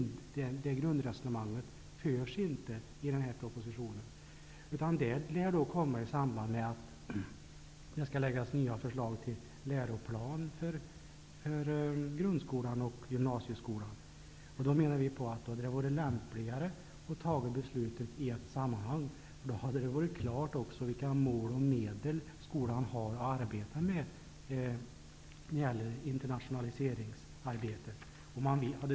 Detta grundresonemang förs inte i propositionen. Det här resonemanget skall komma i samband med att förslag till ny läroplan för grund och gymnasiekskolan skall läggas fram. Det hade varit lämpligare att fatta besluten i ett sammanhang. Då skulle det också stå klart vilka mål och medel skolan har att arbeta med i internationaliseringsarbetet.